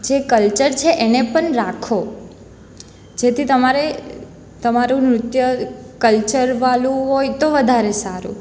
જે કલ્ચર છે એને પણ રાખો જેથી તમારે તમારું નૃત્ય કલ્ચરવાળું હોય તો વધારે સારું